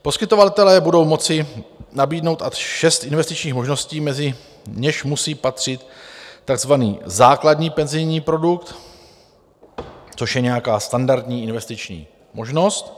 Poskytovatelé budou moci nabídnout až šest investičních možností, mezi něž musí patřit takzvaný základní penzijní produkt, což je nějaká standardní investiční možnost.